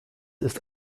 ist